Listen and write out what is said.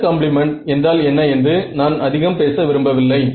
ஸ்கர் compliment என்றால் என்ன என்று நான் அதிகம் பேச விரும்பவில்லை